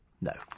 No